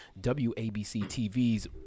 WABC-TV's